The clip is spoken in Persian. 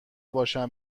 باشه